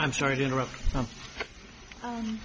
i'm sorry to interrupt